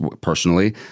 personally